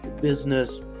business